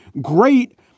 great